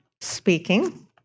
speaking